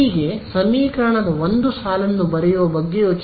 ಹೀಗೆ ಸಮೀಕರಣದ ಒಂದು ಸಾಲನ್ನು ಬರೆಯುವ ಬಗ್ಗೆ ಯೋಚಿಸಿ